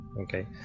Okay